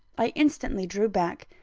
i instantly drew back,